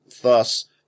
Thus